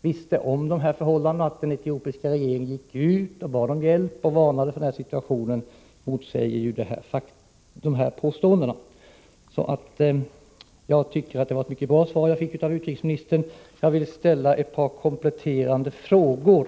visste om förhållandena, att den etiopiska regeringen då gick ut och bad om hjälp och varnade för den här situationen, motsäger dessa påståenden. Jag tycker att det var ett mycket bra svar som jag fick av utrikesministern. Jag vill ställa en kompletterande fråga.